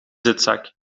zitzak